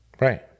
right